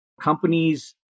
companies